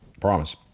Promise